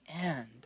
end